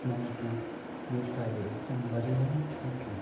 म यसमा यो कार्य एकदम गरेर नै छोड्छु